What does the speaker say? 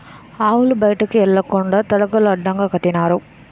ఆవులు బయటికి ఎల్లకండా తడకలు అడ్డగా కట్టినారు